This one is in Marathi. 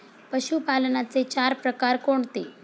पशुपालनाचे चार प्रकार कोणते?